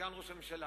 סגן ראש הממשלה.